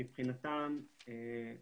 מבחינתם הם